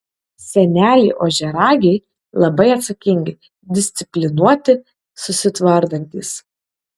seneliai ožiaragiai labai atsakingi disciplinuoti susitvardantys